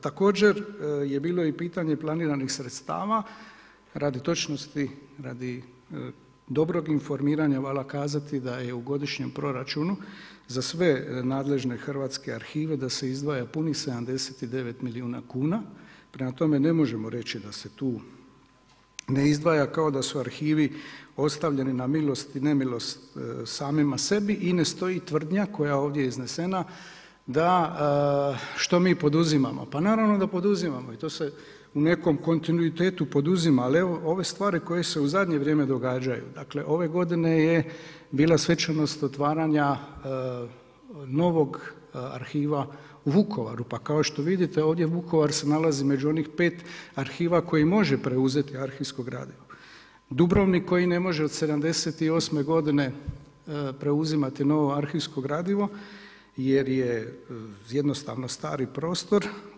Također je bilo i pitanje planiranih sredstava radi točnosti, radi dobrog informiranja vala kazati da je u godišnjem proračunu za sve nadležne hrvatske arhive da se izdvaja punih 79 milijuna kuna, prema tome ne možemo reći da se tu ne izdvaja, kao da su arhivi ostavljeni na milost i nemilost samima sebi i ne stoji tvrdnja koja je ovdje iznesena da što mi poduzimamo, pa naravno da poduzimamo i to se u nekom kontinuitetu poduzima, ali evo ove stvari koje se u zadnje vrijeme događaju, dakle ove godine je bila svečanost otvaranja novog arhiva u Vukovaru pa kao što vidite ovdje Vukovar se nalazi među onih 5 arhiva koji može preuzeti arhivsko gradivo, Dubrovnik koji ne može od '78. godine preuzimati novo arhivsko gradivo jer je jednostavno stari prostor.